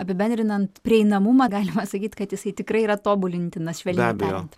apibendrinant prieinamumą galima sakyti kad jisai tikrai yra tobulintinas švelniai tariant